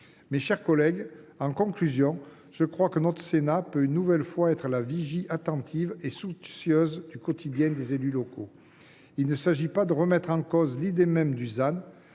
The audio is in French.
Mes chers collègues, en conclusion, je crois que le Sénat peut, une fois encore, être la vigie attentive et soucieuse du quotidien des élus locaux. Il s’agit non pas de remettre en cause l’idée même du ZAN,